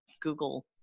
Google